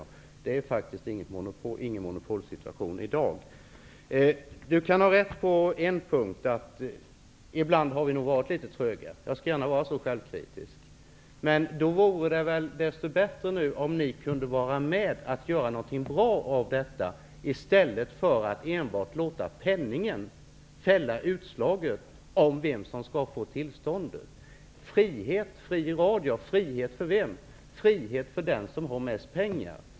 Men det är faktiskt inte någon monopolsituation i dag. På en punkt kan Gunnar Hökmark ha rätt. Jag medger att vi ibland nog varit litet tröga. Jag är gärna självkritisk i det avseendet. Men då vore det väl desto bättre om ni nu kunde vara med på att göra något bra av detta i stället för att enbart låta penningen vara utslagsgivande i frågan om vem som skall få tillstånd. Frihet och fri radio talas det om. Men för vem? Jo, frihet för den som har mest pengar.